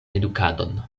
edukadon